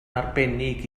arbennig